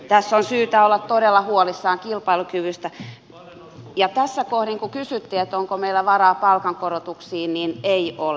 tässä on syytä olla todella huolissaan kilpailukyvystä ja tässä kohdin kun kysyttiin onko meillä varaa palkankorotuksiin niin ei ole